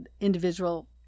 individual